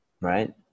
Right